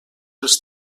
els